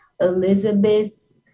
elizabeth